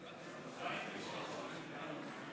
34 חברי כנסת, 46